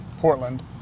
Portland